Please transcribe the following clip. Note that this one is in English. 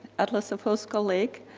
atlas of hovsgol lake,